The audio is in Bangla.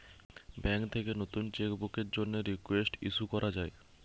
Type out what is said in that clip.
ব্যাঙ্ক থেকে নতুন চেক বুকের জন্যে রিকোয়েস্ট ইস্যু করা যায়